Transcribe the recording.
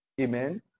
amen